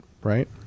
right